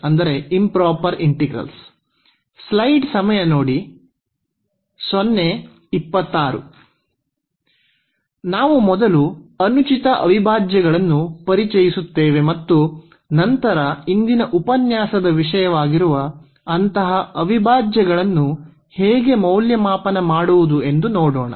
ಆದ್ದರಿಂದ ನಾವು ಮೊದಲು ಅನುಚಿತ ಅವಿಭಾಜ್ಯಗಳನ್ನು ಪರಿಚಯಿಸುತ್ತೇವೆ ಮತ್ತು ನಂತರ ಇಂದಿನ ಉಪನ್ಯಾಸದ ವಿಷಯವಾಗಿರುವ ಅಂತಹ ಅವಿಭಾಜ್ಯಗಳನ್ನು ಹೇಗೆ ಮೌಲ್ಯಮಾಪನ ಮಾಡುವುದು ಎಂದು ನೋಡೋಣ